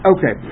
Okay